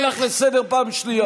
מורה ומחנך,